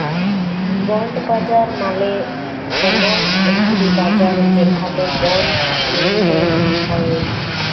bond বাজার মালে এমল একটি বাজার যেখালে বন্ড লেলদেল হ্য়েয়